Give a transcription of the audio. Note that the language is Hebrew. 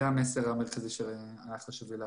זה המסר המרכזי שהיה חשוב לי להעביר.